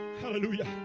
Hallelujah